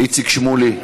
איציק שמולי,